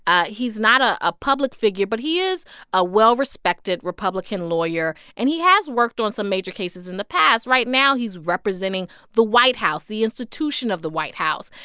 ah he's not ah a public figure, but he is a well-respected republican lawyer, and he has worked on some major cases in the past. right now, he's representing the white house, the institution of the white house.